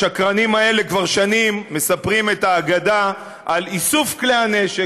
השקרנים האלה כבר שנים מספרים את האגדה על איסוף כלי הנשק.